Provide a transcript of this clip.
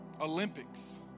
Olympics